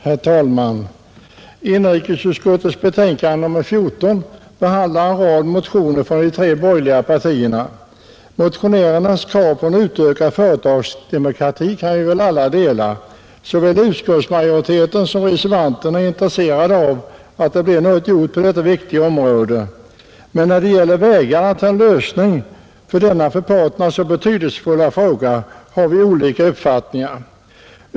Herr talman! Inrikesutskottets betänkande nr 14 behandlar en rad motioner från de tre borgerliga partierna. Motionärernas krav på en utökad företagsdemokrati kan vi alla dela. Såväl utskottsmajoriteten som reservanterna är intresserade av att det blir något gjort på detta viktiga område. Men när det gäller vägarna till en lösning av denna för parterna så betydelsefulla fråga har vi olika uppfattningar.